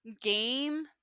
game